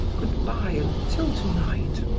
good-bye until to-night.